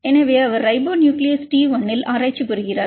எனவே அவர் ribonuclease T 1 இல் ஆராய்ச்சி புரிகிறார்